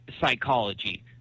psychology